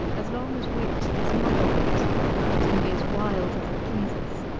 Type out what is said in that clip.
as long as wit is mother-wit it can be as wild as it pleases.